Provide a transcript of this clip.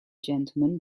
gentleman